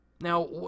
Now